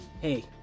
hey